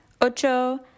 Ocho